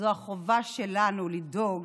זו החובה שלנו לדאוג